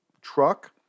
truck